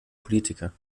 politiker